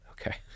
okay